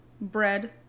bread